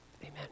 amen